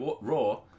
Raw